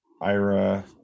Ira